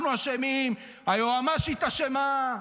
אנחנו אשמים, היועמ"שית אשמה,